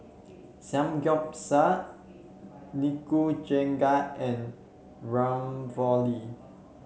Samgyeopsal Nikujaga and Ravioli